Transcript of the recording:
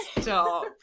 stop